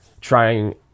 trying